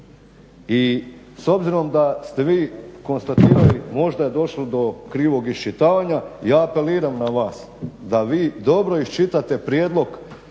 I s obzirom da ste vi konstatirali, možda je došlo do krivog iščitavanja ja apeliram na vas da vi dobro iščitate prijedlog